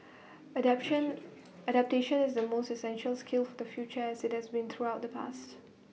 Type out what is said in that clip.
adaption adaptation is the most essential skill for the future as IT has been throughout the past